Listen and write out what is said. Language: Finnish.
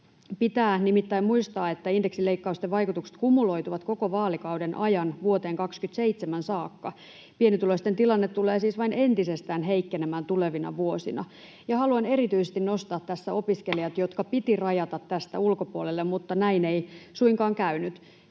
nimittäin muistaa, että indeksileikkausten vaikutukset kumuloituvat koko vaalikauden ajan vuoteen 27 saakka. Pienituloisten tilanne tulee siis vain entisestään heikkenemään tulevina vuosina. Haluan erityisesti nostaa tässä opiskelijat, jotka piti rajata tämän ulkopuolelle, mutta näin ei suinkaan käynyt.